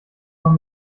noch